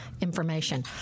information